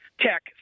tech